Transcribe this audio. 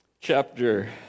Chapter